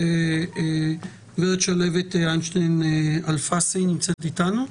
הגב' שלהבת אינשטיין אלפסי נמצאת איתנו?